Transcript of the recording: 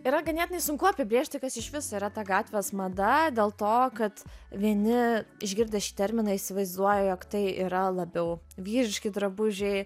yra ganėtinai sunku apibrėžti kas išvis yra ta gatvės mada dėl to kad vieni išgirdę šį terminą įsivaizduoja jog tai yra labiau vyriški drabužiai